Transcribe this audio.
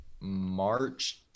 March